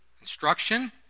instruction